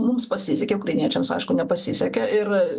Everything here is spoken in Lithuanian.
mums pasisekė ukrainiečiams aišku nepasisekė ir